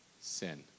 sin